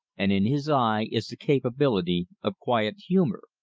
and in his eye is the capability of quiet humor,